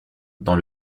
dans